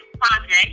project